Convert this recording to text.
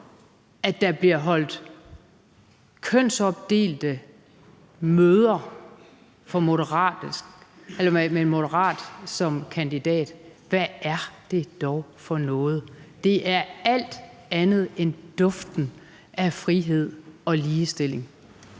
at der bliver holdt kønsopdelte møder med en moderat kandidat. Hvad er det dog for noget? Det er alt andet end duften af frihed og ligestilling.